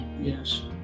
yes